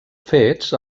fets